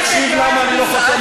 אז תקשיב למה אני לא חותם על החוק.